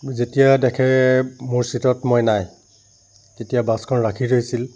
যেতিয়া দেখে মোৰ ছিটত মই নাই তেতিয়া বাছখন ৰাখি থৈছিল